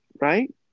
Right